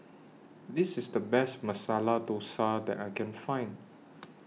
This IS The Best Masala Dosa that I Can Find